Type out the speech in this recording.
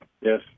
Yes